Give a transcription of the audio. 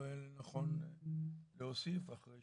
רואה לנכון להוסיף אחרי